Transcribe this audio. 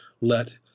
let